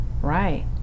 right